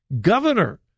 governor